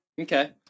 Okay